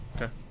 Okay